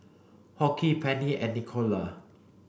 Hoke Pennie and Nicola